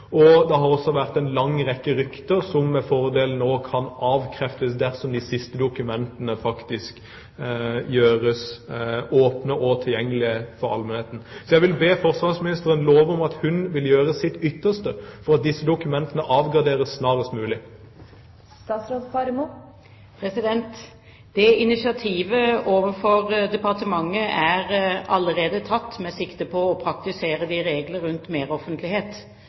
Det har også vært en lang rekke rykter som med fordel nå kan avkreftes, dersom de siste dokumentene faktisk gjøres åpne og tilgjengelige for allmennheten. Jeg vil be forsvarsministeren love at hun vil gjøre sitt ytterste for at disse dokumentene avgraderes snarest mulig. Det initiativet overfor departementet er allerede tatt, med sikte på å praktisere de regler rundt meroffentlighet